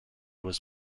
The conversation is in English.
was